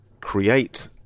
create